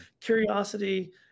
curiosity